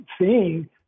seeing